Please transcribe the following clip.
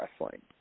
wrestling